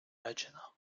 regina